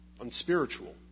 unspiritual